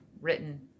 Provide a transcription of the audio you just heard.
written